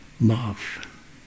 love